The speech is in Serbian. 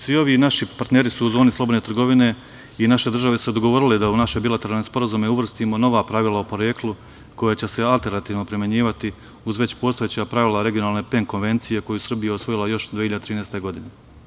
Svi ovi naši partneri su u zoni slobodne trgovine i naše države su se dogovorile da u naše bilateralne sporazume uvrstimo nova pravila o poreklu koje će se alternativno primenjivati uz već postojeća pravila regionalne PEN konvencije koju Srbija osvojila 2013. godine.